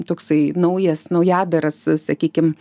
toksai naujas naujadaras sakykim